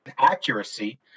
accuracy